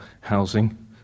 housing